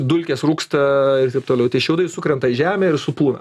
dulkės rūksta ir taip toliau tai šiaudai sukrenta į žemę ir supūva